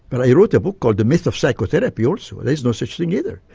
but i wrote a book called the myth of psychotherapy also, there's no such thing either.